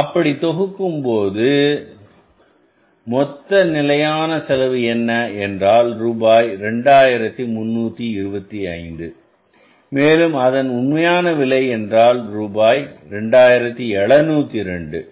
இப்போது இவற்றை தொகுத்து இடுவோம் அப்படி தொகுக்கும் போது மொத்த நிலையான செலவு என்ன என்றால் ரூபாய் 2325 மேலும் அதன் உண்மையான விலை என்றால் ரூபாய் 2702